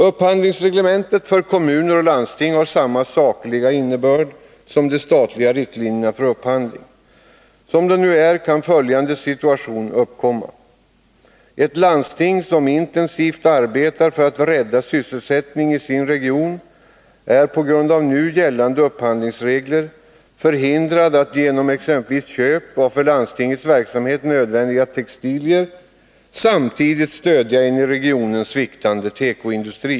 Upphandlingsreglementet för kommuner och landsting har samma sakliga innebörd som de statliga riktlinjerna för upphandling. Som det nu är kan följande situation uppkomma. Ett landsting som intensivt arbetar för att rädda sysselsättning i sin region är på grund av nu gällande upphandlingsregler förhindrad att genom exempelvis köp av för landstingets verksamhet nödvändiga textilier samtidigt stödja en i regionen sviktande tekoindustri.